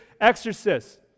Exorcist